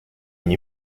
une